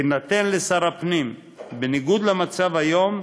תינתן לשר הפנים, בניגוד למצב היום,